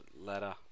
ladder